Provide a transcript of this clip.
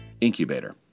Incubator